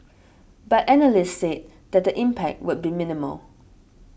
but analysts said that the impact would be minimal